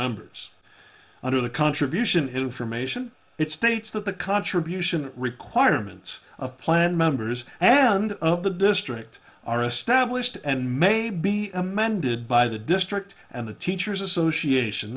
members under the contribution information it states that the contribution requirements of plan members and the district are established and may be amended by the district and the teachers association